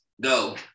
go